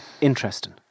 interesting